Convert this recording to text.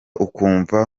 ukumva